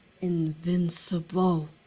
invincible